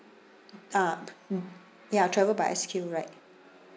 yup ya travel by S_Q right